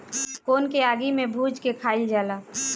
कोन के आगि में भुज के खाइल जाला